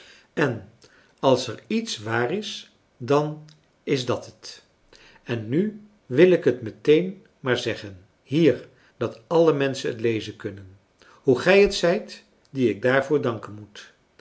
en als er iets waar is dan is dàt het en nu wil ik het meteen maar zeggen hier dat alle menschen het lezen kunnen hoe gij het zijt die ik daarvoor danken moet